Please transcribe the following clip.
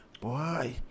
boy